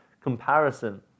comparison